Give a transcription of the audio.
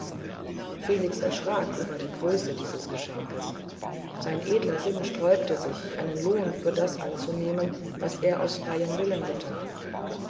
felix erschrak über die größe dieses geschenkes sein edler sinn sträubte sich einen lohn für das anzunehmen was er aus freiem willen getan